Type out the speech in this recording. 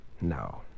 No